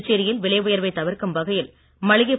புதுச்சேரியில் விலை உயர்வை தவிர்க்கும் வகையில் மளிகைப்